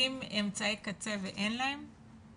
שצריכים אמצעי קצה ואין להם?